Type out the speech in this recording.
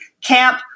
camp